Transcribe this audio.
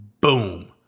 Boom